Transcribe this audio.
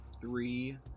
three